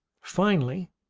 finally,